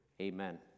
amen